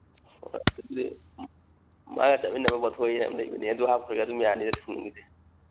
ꯑꯗꯨꯗꯤ ꯃꯥ ꯆꯠꯃꯤꯟꯅꯕ ꯋꯥꯊꯣꯛ ꯌꯥꯝ ꯂꯩꯕꯅꯦ ꯃꯗꯨ ꯍꯥꯞꯈ꯭ꯔꯒ ꯑꯗꯨꯝ ꯌꯥꯅꯤꯗ ꯊꯨꯝꯒꯤꯗꯤ